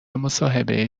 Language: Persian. مصاحبه